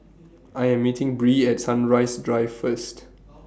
I Am meeting Bree At Sunrise Drive First